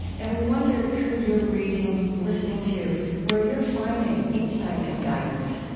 and we wonder who you're reading, listening to where you're finding insight and guidance.